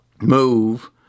move